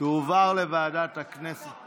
תועבר לוועדת הכנסת,